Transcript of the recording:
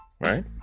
right